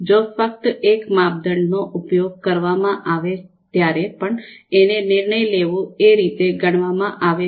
જો ફક્ત એક માપદંડનો ઉપયોગ કરવામાં આવે ત્યારે પણ એને નિર્ણય લેવાવું એ રીતે ગણવામાં આવે છે